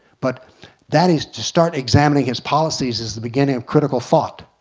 but that is to start examining his policies is the beginning of critical thought.